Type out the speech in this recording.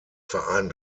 verein